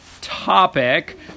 topic